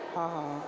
हा हा हा